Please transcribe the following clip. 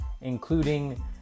including